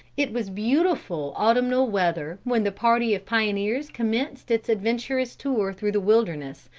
it was beautiful autumnal weather when the party of pioneers commenced its adventurous tour through the wilderness,